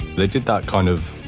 they did that kind of,